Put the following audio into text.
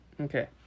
Okay